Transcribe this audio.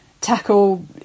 tackle